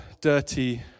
dirty